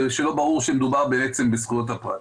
שלא ברור שמדובר בעצם בזכויות הפרט.